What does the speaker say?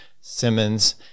Simmons